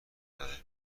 داده